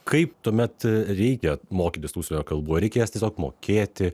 kaip tuomet reikia mokytis tų užsienio kalbų ar reikia jas tiesiog mokėti